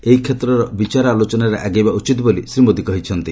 ଏହି କ୍ଷେତ୍ରରେ ବିଚାର ଆଲୋଚନାର ଆଗେଇବା ଉଚିତ ବୋଲି ଶ୍ରୀ ମୋଦି କହିଛନ୍ତି